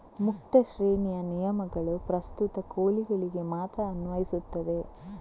ಮುಕ್ತ ಶ್ರೇಣಿಯ ನಿಯಮಗಳು ಪ್ರಸ್ತುತ ಕೋಳಿಗಳಿಗೆ ಮಾತ್ರ ಅನ್ವಯಿಸುತ್ತವೆ